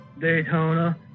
Daytona